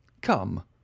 come